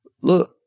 Look